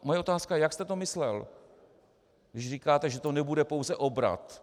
Moje otázka je, jak jste to myslel, když říkáte, že to nebude pouze obrat.